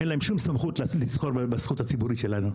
אין להם שום סמכות לסחור בזכות הציבורית שלנו.